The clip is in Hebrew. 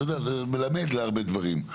זה, אתה יודע, זה מלמד להרבה דברים.